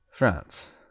France